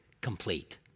complete